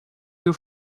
you